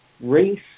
Race